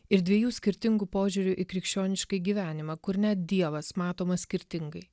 ir dviejų skirtingų požiūrių į krikščionišką gyvenimą kur ne dievas matomas skirtingai